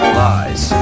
lies